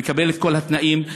מקבל את כל התנאים.